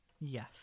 Yes